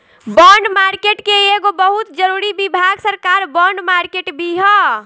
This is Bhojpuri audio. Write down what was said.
बॉन्ड मार्केट के एगो बहुत जरूरी विभाग सरकार बॉन्ड मार्केट भी ह